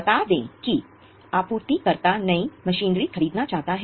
बता दें कि आपूर्तिकर्ता नई मशीनरी खरीदना चाहता है